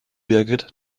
birgit